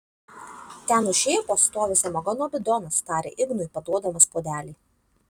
ten už šėpos stovi samagono bidonas tarė ignui paduodamas puodelį